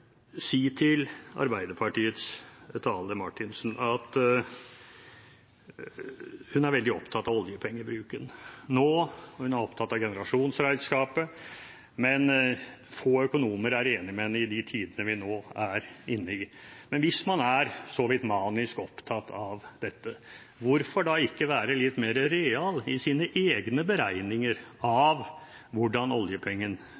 si til representanten Marthinsen fra Arbeiderpartiet: Hun er veldig opptatt av oljepengebruken, hun er opptatt av generasjonsregnskapet, men få økonomer er enig med henne, i de tidene vi nå er inne i. Men hvis man er så vidt manisk opptatt av dette, hvorfor da ikke være litt mer real i sine egne beregninger av hvordan